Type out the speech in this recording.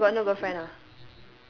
now you got no girlfriend ah